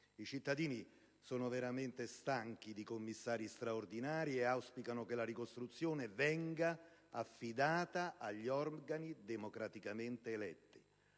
I cittadini sono veramente stanchi di commissari straordinari e auspicano che la ricostruzione venga affidata agli organi democraticamente eletti.